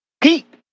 Pete